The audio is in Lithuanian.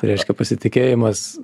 tai reiškia pasitikėjimas